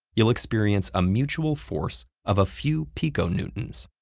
you'll experience a mutual force of a few piconewtons.